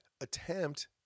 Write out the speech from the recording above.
attempt